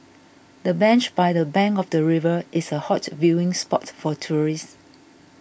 the bench by the bank of the river is a hot viewing spot for tourists